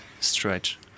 stretch